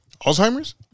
Alzheimer's